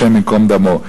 השם ייקום דמו.